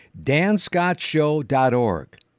DanscottShow.org